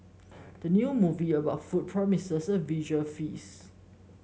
the new movie about food promises a visual feast